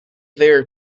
there